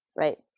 right?